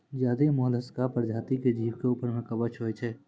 ज्यादे मोलसका परजाती के जीव के ऊपर में कवच होय छै